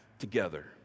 together